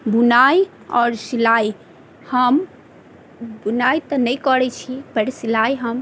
बुनाइ आओर सिलाइ हम बुनाइ तऽ नहि करै छी पर सिलाइ हम